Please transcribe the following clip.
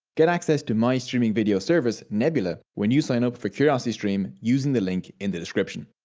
get access to my streaming video service, nebula, when you sign up for curiositystream using the link in the description.